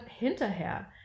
hinterher